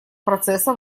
процесса